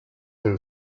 who